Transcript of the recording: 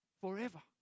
Forever